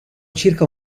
circa